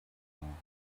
maw